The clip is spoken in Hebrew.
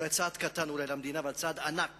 אולי צעד קטן למדינה אבל צעד ענק